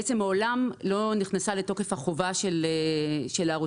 בעצם מעולם לא נכנסה לתוקף החובה של הערוצים